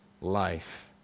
life